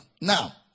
Now